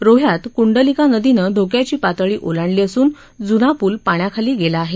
रोहयात कुंडलिका नदीनं धोक्याची पातळी ओलांडली असून जुना पूल पाण्याखाली गेला आहे